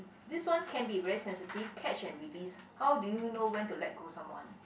this one can be very sensitive catch and release how do you know when to let go someone